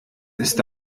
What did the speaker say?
ist